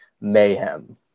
mayhem